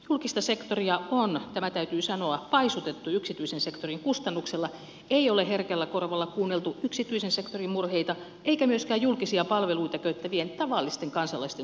julkista sektoria on tämä täytyy sanoa paisutettu yksityisen sektorin kustannuksella ei ole herkällä korvalla kuunneltu yksityisen sektorin murheita eikä myöskään julkisia palveluita käyttävien tavallisten kansalaisten huolia